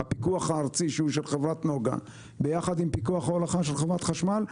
הפיקוח הארצי שהוא של חברת נגה יחד עם פיקוח ההולכה של חברת חשמל.